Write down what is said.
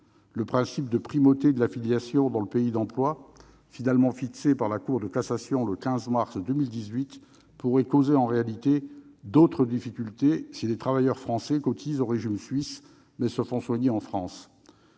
Le principe de primauté de l'affiliation dans le pays d'emploi, finalement fixé par la Cour de cassation le 15 mars 2018, pourrait causer en réalité d'autres difficultés si les travailleurs français cotisent au régime suisse, mais se font soigner en France.